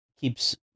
keeps